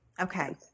Okay